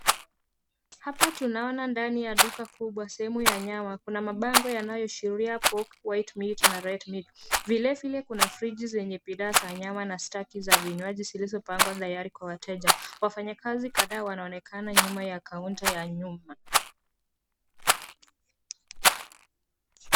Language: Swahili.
Hapa tunaona ndani ya duka kubwa sehemu ya nyama. Kuna mabango yanayoashiria pork , white meat na red meat . Vile vile kuna friji zenye bidhaa za nyama na staki za vinywaji zilizopangwa tayari kwa wateja. Wafanyikazi kadhaa wanaonekana nyuma ya kaunta ya nyuma.